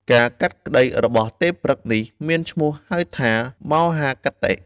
ការកាត់ក្ដីរបស់ទេព្រឹក្សនេះ មានឈ្មោះហៅថា មោហាគតិ។